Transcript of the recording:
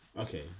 okay